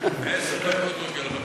זה רק כי אתה מהימין.